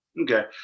Okay